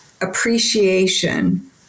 appreciation